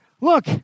look